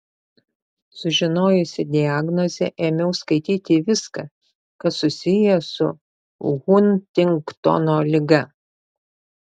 sužinojusi diagnozę ėmiau skaityti viską kas susiję su huntingtono liga